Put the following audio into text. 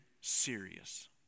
serious